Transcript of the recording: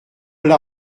l’a